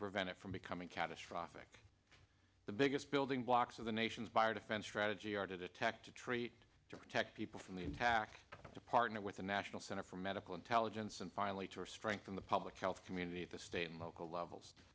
prevent it from becoming catastrophic the biggest building blocks of the nation's fire defense strategy are to detect to treat to protect people from the attack and to partner with the national center for medical intelligence and finally to a strengthen the public health community at the state and local levels